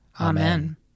Amen